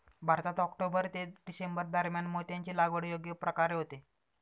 भारतात ऑक्टोबर ते डिसेंबर दरम्यान मोत्याची लागवड योग्य प्रकारे होते